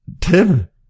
Tim